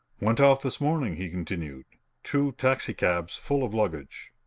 went off this morning, he continued two taxi-cabs full of luggage.